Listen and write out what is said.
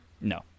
No